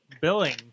billing